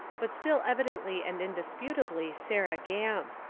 but still evidently and indisputably sarah gamp.